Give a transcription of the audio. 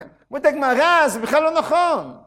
אומרת הגמרא, זה בכלל לא נכון!